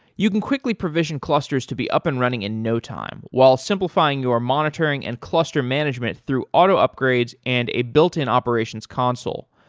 you can quickly provision clusters to be up and running in no time while simplifying your monitoring and cluster management through auto upgrades and a built-in operations console.